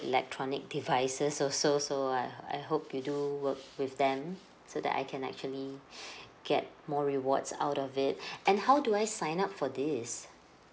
electronic devices also so I I hope you do work with them so that I can actually get more rewards out of it and how do I sign up for this